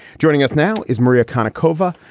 joining us now is maria kind of cova.